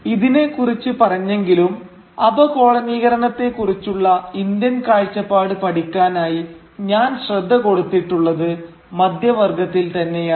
ഇതിനെ കുറിച്ച് പറഞ്ഞെങ്കിലും അപകൊളനീകരണത്തെ കുറിച്ചുള്ള ഇന്ത്യൻ കാഴ്ചപ്പാട് പഠിക്കാനായി ഞാൻ ശ്രദ്ധ കൊടുത്തിട്ടുള്ളത് മധ്യവർഗ്ഗത്തിൽ തന്നെയാണ്